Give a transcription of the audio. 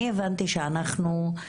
אני הבנתי שאנחנו,